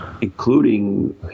including